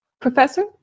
Professor